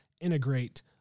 integrate